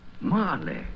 Marley